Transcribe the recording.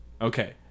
Okay